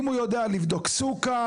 אם הוא יודע לבדוק סוכר.